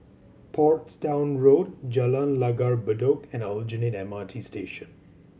Portsdown Road Jalan Langgar Bedok and Aljunied M R T Station